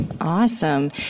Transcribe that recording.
Awesome